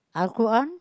Al-Quran